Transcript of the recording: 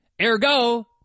Ergo